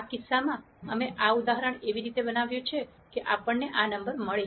આ કિસ્સામાં અમે આ ઉદાહરણ એવી રીતે બનાવ્યું છે કે આપણને આ નંબર મળે